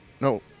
No